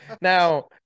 now